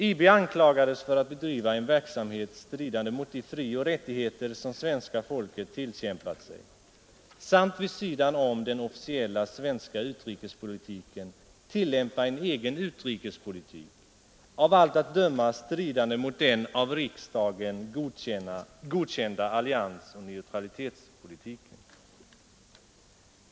IB anklagades för att bedriva en verksamhet stridande mot de frioch rättigheter som svenska folket tillkämpat sig samt vid sidan om den officiella svenska utrikespolitiken tillämpa en egen utrikespolitik, av allt att döma stridande mot den av riksdagen godkända alliansoch neutralitetspolitiken.